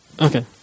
Okay